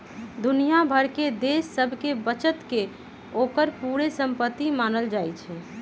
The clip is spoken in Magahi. दुनिया भर के देश सभके बचत के ओकर पूरे संपति मानल जाइ छइ